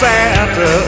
Santa